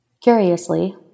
Curiously